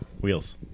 wheels